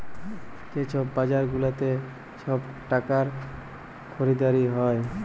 যে ছব বাজার গুলাতে ছব টাকার খরিদারি হ্যয়